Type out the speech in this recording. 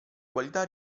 qualità